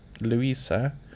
Louisa